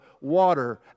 water